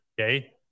Okay